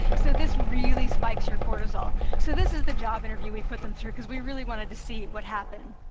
so this really spikes your cortisol. so this is the job interview we put them through, because we really wanted to see what happened.